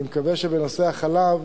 אני מקווה שבנושא החלב,